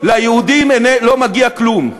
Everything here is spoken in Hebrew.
ליהודים לא מגיע כלום.